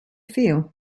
feel